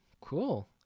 cool